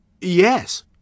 Yes